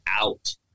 out